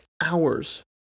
hours